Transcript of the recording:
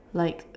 like